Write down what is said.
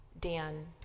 Dan